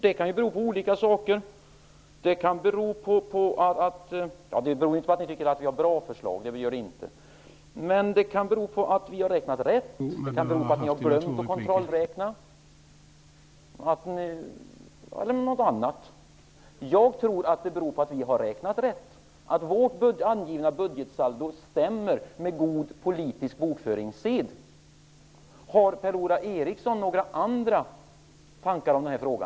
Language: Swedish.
Det kan bero på olika saker. Det beror inte på att ni tycker att vi har bra förslag, men det kan bero på att vi har räknat rätt. Det kan bero på att ni har glömt att kontrollräkna eller något annat. Jag tror att det beror på att vi har räknat rätt och att vårt angivna budgetsaldo stämmer med god politisk bokföringssed. Har Per-Ola Eriksson några andra tankar om denna fråga?